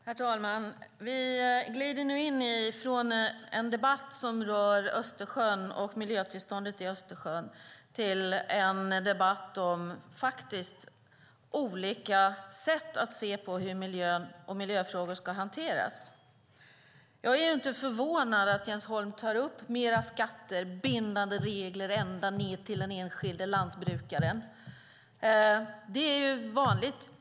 Herr talman! Vi glider nu från en debatt som rör Östersjön och miljötillståndet i Östersjön till en debatt om olika sätt att se på hur miljön och miljöfrågor ska hanteras. Jag är inte förvånad att Jens Holm tar upp mer skatter och bindande regler ända ned till den enskilde lantbrukaren. Det är vanligt.